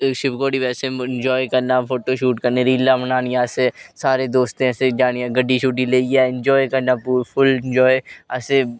शिव खोड़ी बैसे बी इनजाॅए करना फोटो शोट करने रीलां बनानी असें सारे दोस्तें असें जाना गड्डी शड्डी लेइयै इनजाॅऐ कन्नै पूरा फुल इनॅजाए असें